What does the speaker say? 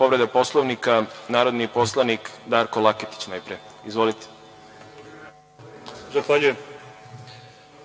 Povreda Poslovnika, narodi poslanik Darko Laketić, najpre. Izvolite. **Darko